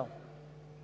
лв.